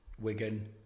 Wigan